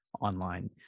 online